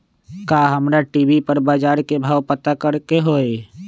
का हमरा टी.वी पर बजार के भाव पता करे के होई?